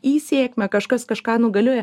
į sėkmę kažkas kažką nugalėjo